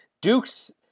Duke's